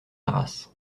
arras